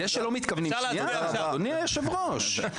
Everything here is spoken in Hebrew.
זה שלא מתכוונים שנייה, אדוני היושב ראש.